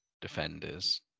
defenders